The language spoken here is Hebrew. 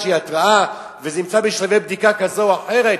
התרעה וזה נמצא בשלבי בדיקה כזאת או אחרת,